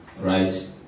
right